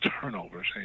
turnovers